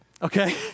Okay